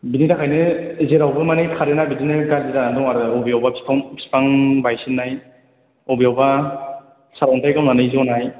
बेनि थाखायनो जेरावबो माने कारेन्टआ बिदिनो गाज्रि जानानै दं आरो बबेयावबा बिफां बायसिननाय बबेयावबा सारअन्थाइ गावनानै ज'नाय